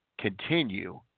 continue